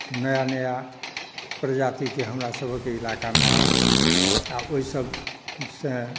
नया नया प्रजातीके हमरासभक इलाकामे आयल आओर ओहिसभसँ